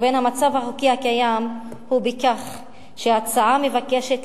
"ובין המצב החוקי הקיים הוא בכך שההצעה מבקשת